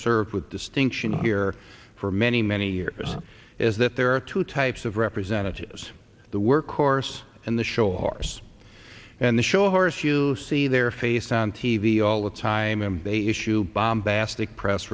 served with distinction here for many many years is that there are two types of representatives the work force and the show ours and the show horse you see their face on t v all the time and they issue